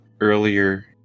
earlier